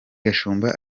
gashumba